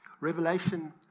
Revelation